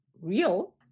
real